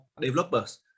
developers